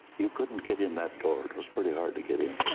you couldn't get in that door, it was pretty hard to get in.